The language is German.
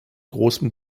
großen